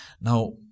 Now